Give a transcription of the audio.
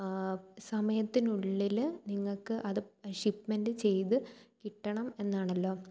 സമയത്തിനുള്ളിൽ നിങ്ങൾക്കത് ഷിപ്മെൻ്റ് ചെയ്ത് കിട്ടണം എന്നാണല്ലോ